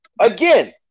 again